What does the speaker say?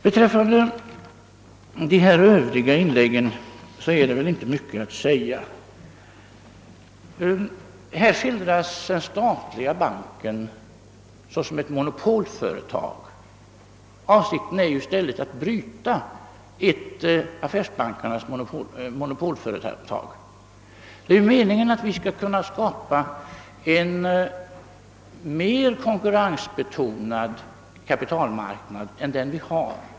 Beträffande de övriga inläggen är det väl inte mycket att tillfoga. Här skildras den statliga banken såsom ett monopolföretag. Men avsikten är ju tvärtom att bryta ett affärsbankernas monopol. Det är meningen att vi skall kunna skapa en mer konkurrensbetonad kapitalmarknad än den vi har.